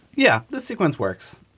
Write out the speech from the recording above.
yeah, the sequence works.